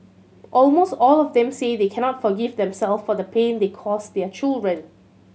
almost all of them say they cannot forgive them self for the pain they cause their children